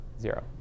Zero